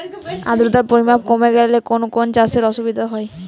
আদ্রতার পরিমাণ কমে গেলে কোন কোন চাষে অসুবিধে হবে?